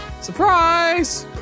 Surprise